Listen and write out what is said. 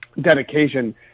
dedication